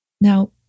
Now